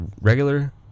regular